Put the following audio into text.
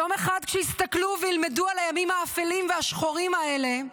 יום אחד שיסתכלו וילמדו על הימים האפלים והשחורים האלה,